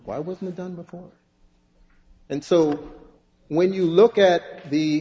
why wasn't done before and so when you look at the